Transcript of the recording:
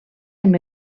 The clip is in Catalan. amb